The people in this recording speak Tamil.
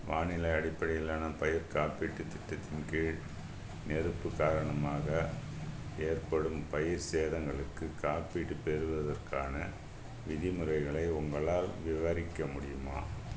வானிலை அடிப்படையிலான பயிர் காப்பீட்டுத் திட்டத்தின் கீழ் நெருப்பு காரணமாக ஏற்படும் பயிர் சேதங்களுக்குக் காப்பீடு பெறுவதற்கான விதிமுறைகளை உங்களால் விவரிக்க முடியுமா